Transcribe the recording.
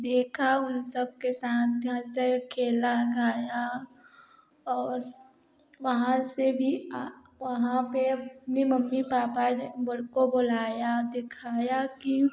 देखा उन सब के साथ से खेला खाया और वहाँ से भी वहाँ पे अपने मम्मी पापा ने बोल उनको बुलाया दिखाया की